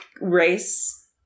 race